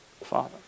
Father